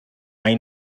mai